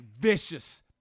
Vicious